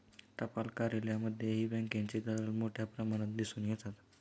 टपाल कार्यालयांमध्येही बँकेचे दलाल मोठ्या प्रमाणात दिसून येतात